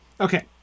Okay